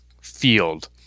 field